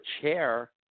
chair